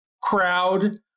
crowd